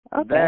Okay